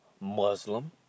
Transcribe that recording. Muslim